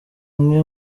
umwe